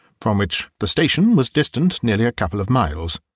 from which the station was distant nearly a couple of miles.